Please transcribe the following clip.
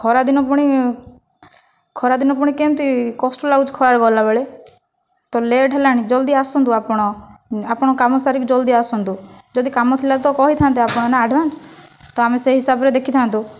ଖରା ଦିନ ପୁଣି ଖରା ଦିନ ପୁଣି କେମିତି କଷ୍ଟ ଲାଗୁଛି ଖରାରେ ଗଲା ବେଳେ ତ ଲେଟ୍ ହେଲାଣି ଜଲଦି ଆସନ୍ତୁ ଆପଣ ଆପଣଙ୍କ କାମ ସାରିକି ଜଲଦି ଆସନ୍ତୁ ଯଦି କାମ ଥିଲା ତ' କହିଥାନ୍ତେ ଆପଣ ନା ଆଡ଼ଭାନ୍ସ ତ' ଆମେ ସେଇ ହିସାବରେ ଦେଖିଥାନ୍ତୁ